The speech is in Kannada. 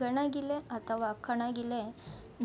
ಗಣಗಿಲೆ ಅಥವಾ ಕಣಗಿಲೆ